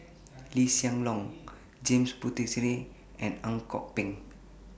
Lee Hsien Loong James Puthucheary and Ang Kok Peng